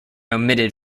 omitted